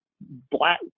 black